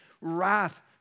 wrath